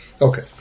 Okay